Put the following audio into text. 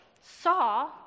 saw